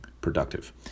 productive